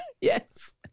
Yes